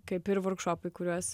kaip ir vorkšopai kuriuos